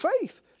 faith